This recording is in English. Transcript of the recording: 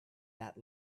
that